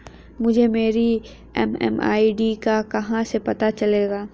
मुझे मेरी एम.एम.आई.डी का कहाँ से पता चलेगा?